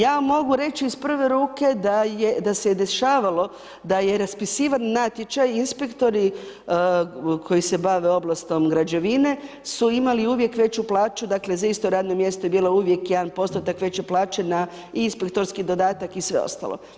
Ja vam mogu reći iz prve ruke da se je dešavalo da je raspisivan natječaj, inspektori koji se bave oblastom građevine su imali uvijek veću plaću, dakle za isto radno mjesto je bilo uvijek 1% veće plaće na inspektorski dodatak i sve ostalo.